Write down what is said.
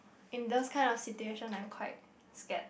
in those kind of situation I'm quite scared